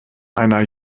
einer